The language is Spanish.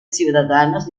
ciudadanos